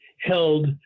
held